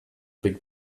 big